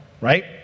right